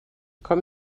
com